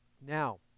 Now